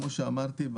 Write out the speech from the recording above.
כמו שאמרתי,